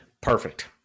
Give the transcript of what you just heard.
Perfect